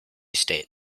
state